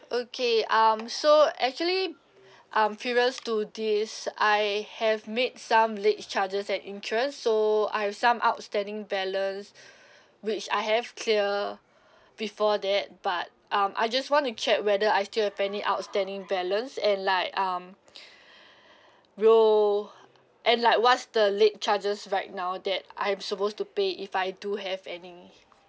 okay um so actually um previous to this I have made some late charges and interest so I have some outstanding balance which I have clear before that but um I just want to check whether I still have any outstanding balance and like um roll and like what's the late charges right now that I'm supposed to pay if I do have any